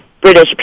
British